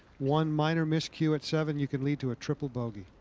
one minor miscue at seven. you can lead to a triple-bogey.